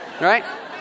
right